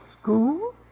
school